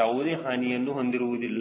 ಯಾವುದೇ ಹಾನಿಯನ್ನು ಹೊಂದಿರುವುದಿಲ್ಲ